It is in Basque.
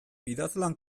idazlan